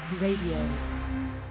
Radio